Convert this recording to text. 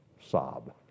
sob